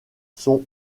sont